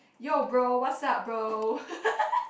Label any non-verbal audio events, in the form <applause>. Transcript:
yo bro what's up bro <laughs>